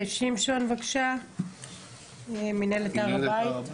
שמשון, מנהלת הר הבית,